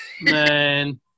Man